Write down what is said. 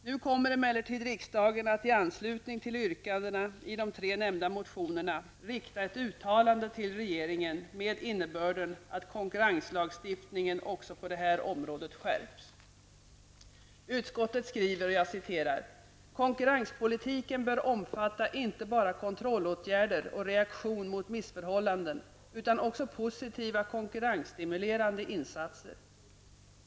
Nu kommer emellertid riksdagen att i anslutning till yrkandena i de tre nämnda motionerna rikta ett uttalande till regeringen med innebörden att konkurrenslagstiftningen också på det här området skärps. Utskottet skriver: ''Konkurrenspolitiken bör omfatta inte bara kontrollåtgärder och reaktioner mot missförhållanden, utan också positiva konkurrensstimulerande insatser.